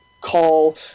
Call